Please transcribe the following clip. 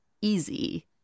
easy